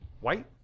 white